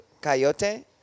coyote